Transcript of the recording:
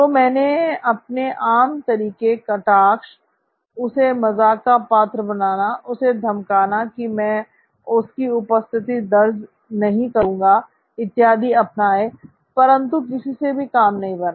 तो मैंने अपने आम तरीके कटाक्ष उसे मज़ाक का पात्र बनाना उसे धमकाना कि मैं उसकी उपस्थिति दर्ज नहीं दर्ज करुंगा इत्यादि अपनाए परंतु किसी से भी काम नहीं बना